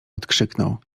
odkrzyknął